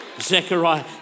Zechariah